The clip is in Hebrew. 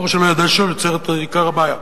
הוא יוצר את עיקר הבעיה.